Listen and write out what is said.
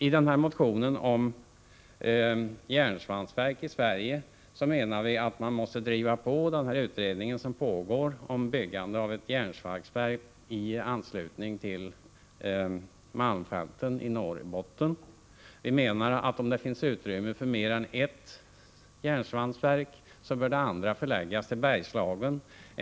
I motionen om järnsvampsverk i Sverige menar vi att man måste driva på den utredning som pågår om byggande av ett järnsvampsverk i anslutning till malmfälten i Norrbotten. Vi menar att om det finns utrymme för mer än ett järnsvampsverk bör det andra förläggas till Berslagen.